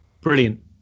Brilliant